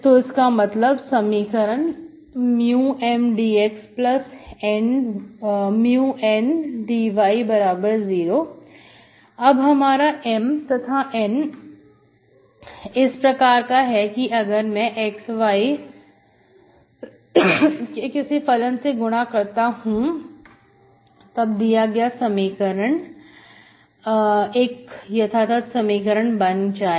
तो इसका मतलब समीकरण μ Mdxμ N dy0 अब हमारा M तथा N इस प्रकार का है कि अगर मैं x y के किसी फलन से गुना करता हूं तब दिया गया समीकरण गया था तब समीकरण बन जाए